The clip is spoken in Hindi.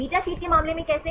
बीटा शीट के मामले में कैसे